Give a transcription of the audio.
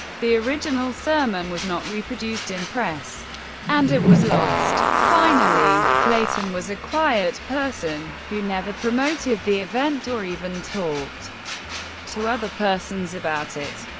the original sermon was not reproduced in press and it was lost. finally, clayton was a quiet person, who never promoted the event or even talked to other persons about it.